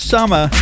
Summer